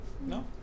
No